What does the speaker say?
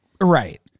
right